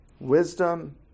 Wisdom